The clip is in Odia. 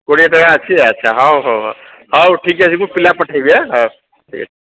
କୋଡ଼ିଏ ଟଙ୍କା ଅଛି ଆଚ୍ଛା ହଉ ହଉ ହଉ ଠିକ୍ ଅଛି ମୁଁ ପିଲା ପଠେଇବି ଆଁ ହଁ ଠିକ୍ ଅଛି